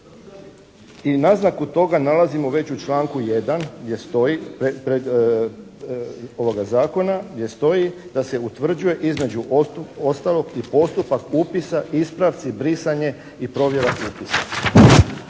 i naznaku toga nalazimo već u članku 1. gdje stoji ovoga Zakona, gdje stoji da se utvrđuje između ostalog i postupak upisa, ispravci i brisanje i provjera istih.